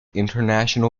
international